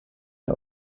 der